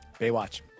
Baywatch